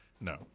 No